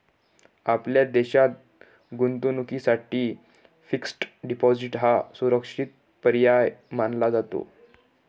आपल्या देशात गुंतवणुकीसाठी फिक्स्ड डिपॉजिट हा सुरक्षित पर्याय मानला जातो